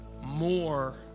more